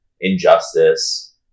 Injustice